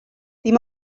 dim